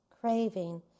craving